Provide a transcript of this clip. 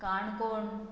Canacona